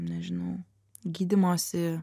nežinau gydymosi